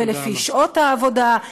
תודה רבה.